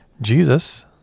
Jesus